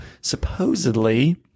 Supposedly